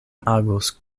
agos